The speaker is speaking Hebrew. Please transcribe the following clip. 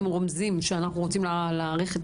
אם רומזים שאנחנו רוצים להאריך את